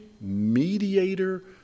mediator